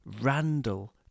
Randall